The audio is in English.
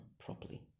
properly